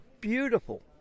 beautiful